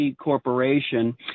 Corporation